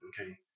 okay